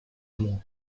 ему